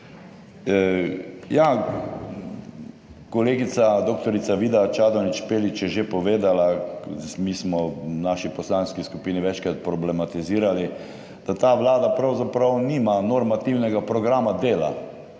Kolegica dr. Vida Čadonič Špelič je že povedala, mi smo v naši poslanski skupini večkrat problematizirali, da ta vlada pravzaprav nima normativnega programa dela,